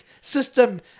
system